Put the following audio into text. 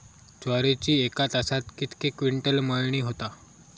ज्वारीची एका तासात कितके क्विंटल मळणी होता?